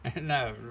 No